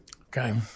Okay